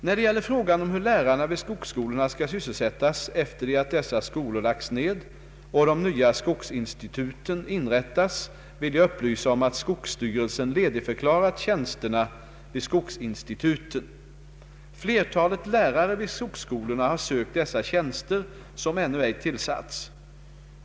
När det gäller frågan om hur lärarna vid skogsskolorna skall sysselsättas efter det att dessa skolor lagts ned och de nya skogsinstituten inrättats vill jag upplysa om att skogsstyrelsen ledigförklarat tjänsterna vid skogsinstituten. Flertalet lärare vid skogsskolorna har sökt dessa tjänster, som ännu ej tillsatts.